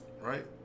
right